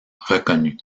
reconnu